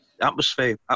atmosphere